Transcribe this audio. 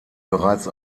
bereits